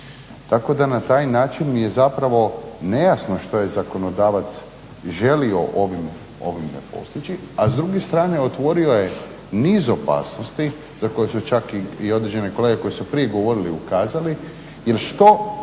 Tako da na taj način mi je zapravo nejasno što je zakonodavac želio ovim postići. A s druge strane otvorio je niz opasnosti za koje su čak i određene kolege koje su prije govorili ukazali jer što